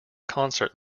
concert